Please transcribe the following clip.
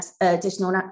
additional